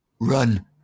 Run